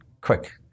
quick